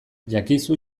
jakizu